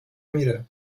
میره